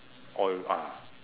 all ah